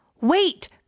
Wait